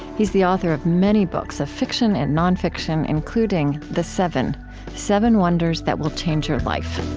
he's the author of many books of fiction and non-fiction, including the seven seven wonders that will change your life